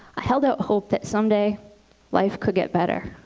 i held out hope that someday life could get better.